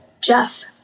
Jeff